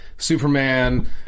Superman